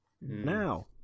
Now